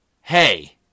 hey